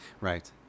Right